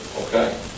okay